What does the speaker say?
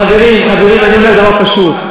חברים, חברים, אני אומר דבר פשוט,